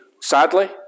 sadly